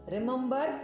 Remember